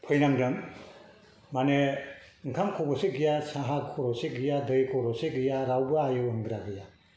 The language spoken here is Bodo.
फैनांदों माने ओंखाम खबसे गैया साहा खबसे गैया दै खबसे गैया रावबो आय' होनग्रा गैया